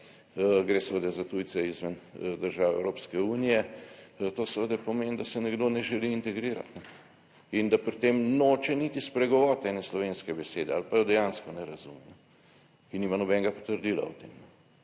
gre seveda za tujce izven držav Evropske unije, to seveda pomeni, da se nekdo ne želi integrirati in da pri tem noče niti spregovoriti ene slovenske besede ali pa jo dejansko ne razume, ki nima nobenega potrdila o tem.